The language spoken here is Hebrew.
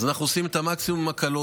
אז אנחנו עושים את המקסימום בהקלות,